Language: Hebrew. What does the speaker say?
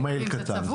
או מייל קטן,